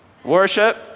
Worship